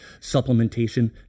supplementation